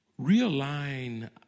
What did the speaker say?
realign